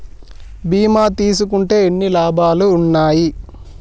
బీమా తీసుకుంటే ఎన్ని లాభాలు ఉన్నాయి?